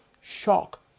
shock